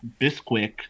Bisquick